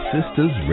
Sisters